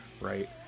right